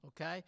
okay